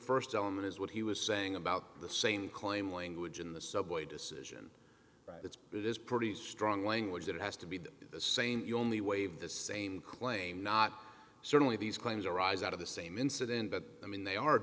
st element is what he was saying about the same coin language in the subway decision it's it is pretty strong language that has to be the same you only waive the same claim not certainly these claims arise out of the same incident but i mean they are